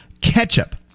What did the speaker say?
ketchup